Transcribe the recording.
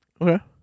Okay